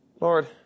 Lord